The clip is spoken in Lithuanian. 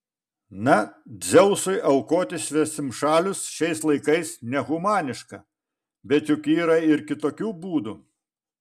na dzeusui aukoti svetimšalius šiais laikais nehumaniška bet juk yra ir kitokių būdų